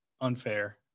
unfair